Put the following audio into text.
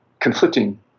conflicting